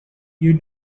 you